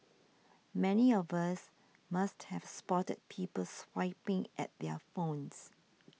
many of us must have spotted people swiping at their phones